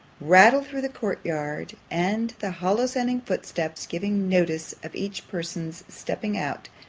rattle through the court-yard, and the hollow-sounding foot-step giving notice of each person's stepping out,